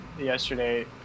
yesterday